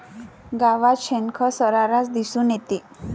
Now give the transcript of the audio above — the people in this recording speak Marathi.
गावात शेणखत सर्रास दिसून येते